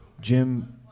Jim